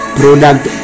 product